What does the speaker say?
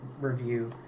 review